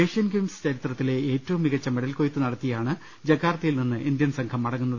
Asian Games ചരിത്രത്തിലെ ഏറ്റവും മികച്ച മെഡൽ കൊയ്ത്തു നടത്തിയാണ് ജക്കാർത്തയിൽ നിന്ന് ഇന്ത്യൻ സംഘം മടങ്ങുന്നത്